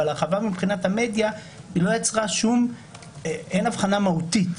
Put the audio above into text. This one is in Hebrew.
אבל בהרחבה מבחינת המדיה אין הבחנה מהותית,